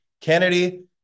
Kennedy